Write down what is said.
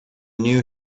new